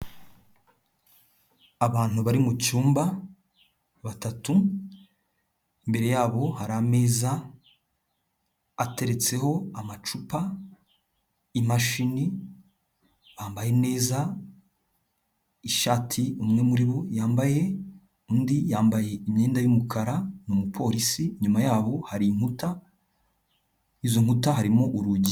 Abantu bari mu cyumba batatu, imbere yabo hari ameza ateretseho amacupa, imashini bambaye neza, ishati umwe muri bo yambaye, undi yambaye imyenda y'umukara n'umupolisi, inyuma yaho hari inkuta, izo nkuta harimo urugi.